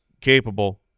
capable